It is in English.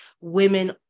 women